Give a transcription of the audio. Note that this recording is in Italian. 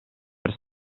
per